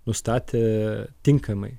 nustatė tinkamai